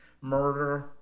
murder